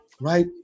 right